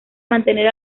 mantener